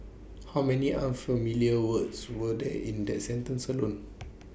how many unfamiliar words were there in that sentence alone